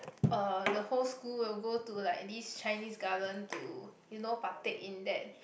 uh the whole school will go to like this Chinese-Garden to you know partake in that